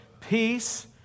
peace